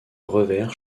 revers